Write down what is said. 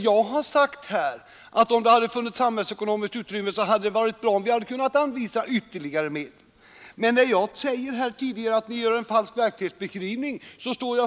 Jag har också sagt att om det funnits samhällsekonomiskt utrymme, så hade det varit bra om vi kunnat anvisa ytterligare medel. Jag står fast vid mitt tidigare påstående att ni gör en falsk verklighetsbeskrivning.